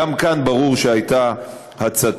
גם כאן ברור שהייתה הצתה.